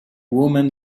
woman